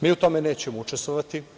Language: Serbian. Mi u tome nećemo učestvovati.